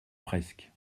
presque